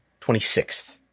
26th